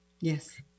Yes